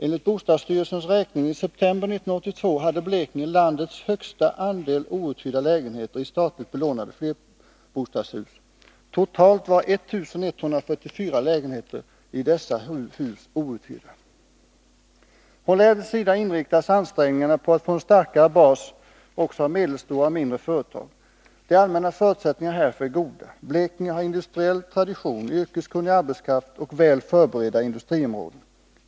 Enligt bostadsstyrelsens räkning i september 1982 hade Blekinge landets högsta andel outhyrda lägenheter i statligt belånade flerbostadshus. Totalt var 1 144 lägenheter i dessa hus outhyrda. Från länets sida inriktas ansträngningarna på att få en starkare bas också av medelstora och mindre företag. De allmänna förutsättningarna härför är goda. Blekinge har industriell tradition, yrkeskunnig arbetskraft och väl förberedda industriområden.